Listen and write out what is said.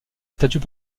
statut